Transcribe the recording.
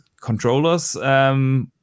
controllers